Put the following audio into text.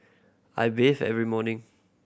I bathe every morning